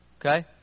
Okay